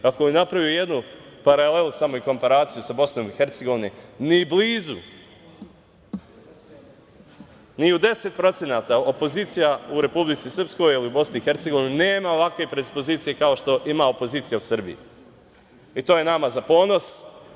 Ako bih napravo jednu paralelu samo i komparaciju sa BiH, ni blizu, ni u 10% opozicija u Republici Srpskoj ili u BiH nema ovakve predispozicije kao što ima opozicija u Srbiji i to je nama za ponos.